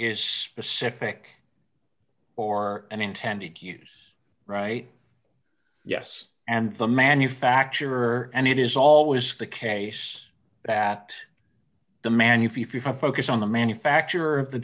is specific or and intended use right yes and the manufacturer and it is always the case that the manuf if you focus on the manufacturer of the